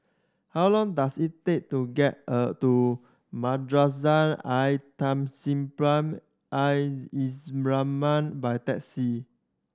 how long does it take to get to Madrasah Al Tahzibiah Al by taxi